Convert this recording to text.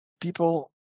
people